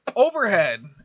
Overhead